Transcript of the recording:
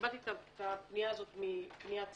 קיבלתי את הפנייה הזאת מפניית ציבור.